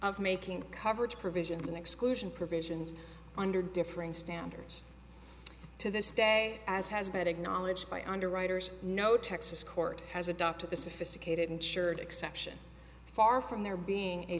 of making coverage provisions and exclusion provisions under differing standards to this day as has been acknowledged by underwriters no texas court has adopted the sophisticated insured exception far from there being a